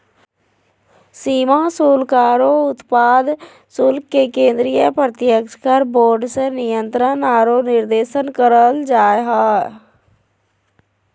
सीमा शुल्क आरो उत्पाद शुल्क के केंद्रीय प्रत्यक्ष कर बोर्ड से नियंत्रण आरो निर्देशन करल जा हय